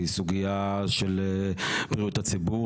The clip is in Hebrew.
היא סוגיה של בריאות הציבור,